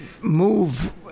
move